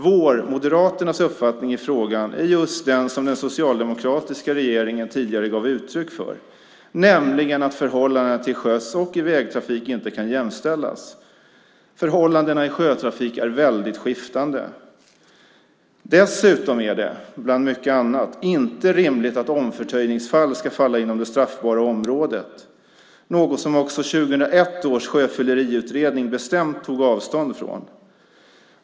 Vår - Moderaternas - uppfattning i frågan är just den som den socialdemokratiska regeringen tidigare gav uttryck för, nämligen att förhållanden till sjöss och i vägtrafik inte kan jämställas. Förhållandena i sjötrafik är väldigt skiftande. Dessutom är det inte rimligt att omförtöjningsfall ska falla inom det straffbara området, något som också 2001 års sjöfylleriutredning bestämt tog avstånd från.